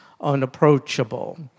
unapproachable